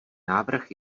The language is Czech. návrh